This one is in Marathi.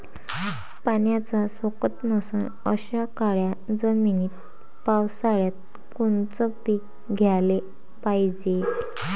पाण्याचा सोकत नसन अशा काळ्या जमिनीत पावसाळ्यात कोनचं पीक घ्याले पायजे?